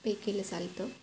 पे केलं चालतं